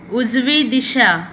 उजवी दिशा